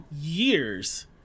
years